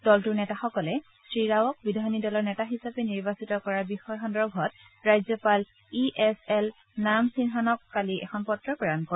দলটোৰ নেতাসকলে শ্ৰীৰাৱক বিধায়িনী দলৰ নেতা হিচাপে নিৰ্বাচিত কৰাৰ বিষয় সন্দৰ্ভত ৰাজ্যপাল ই এছ এল নাৰাছিমহানক কালি এখন পত্ৰ প্ৰেৰণ কৰে